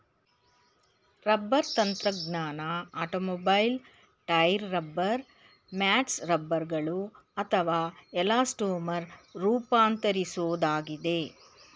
rubber ತಂತ್ರಜ್ಞಾನ automobile tyre rubber mats ರಬ್ಬರ್ಗಳು ಅಥವಾ ಎಲಾಸ್ಟೊಮರ್ ರೂಪಾಂತರಿಸೋದಾಗಿದೆ